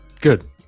Good